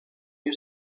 eux